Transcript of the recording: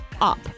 up